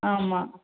ஆமாம்